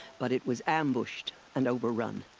but it was ambushed. and overrun.